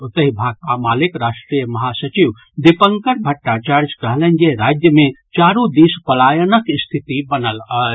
ओतहि भाकपा मालेक राष्ट्रीय महासचिव दीपंकर भट्टाचार्य कहलनि जे राज्य मे चारू दिस पलायनक स्थिति बनल अछि